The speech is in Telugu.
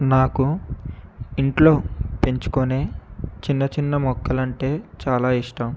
నాకు ఇంట్లో పెంచుకునే చిన్న చిన్న మొక్కలంటే చాలా ఇష్టం